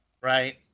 right